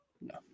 no